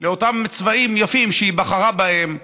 לאותם צבעים יפים שהיא בחרה בהם,